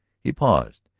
he paused,